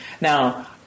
Now